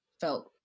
felt